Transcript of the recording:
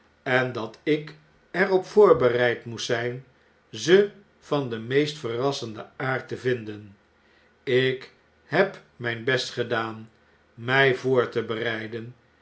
en dat ik er op voorbereid moest zyn ze van den meest verrassenden aard te vinden ik heb mijn best gedaan my voor te bereiden